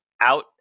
out